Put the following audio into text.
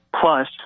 plus